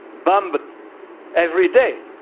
bombed but every day,